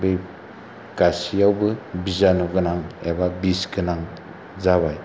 बि गासियावबो बिजानु गोनां एबा बिस गोनां जाबाय